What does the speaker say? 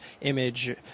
image